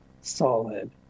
solid